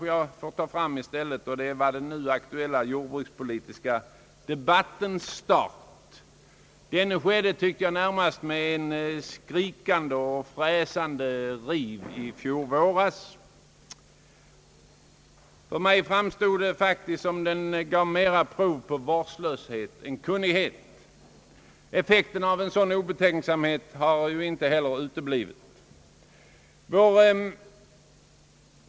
Jag vill i stället uppehålla mig vid den jordbrukspolitiska debattens start, som ägde rum med en skrikande, fräsande riv i fjol våras. För mig framstod det som om den starten gav mer prov på vårdslöshet än kunnighet. Effekten av en sådan obetänksamhet har ju inte heller uteblivit.